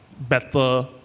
better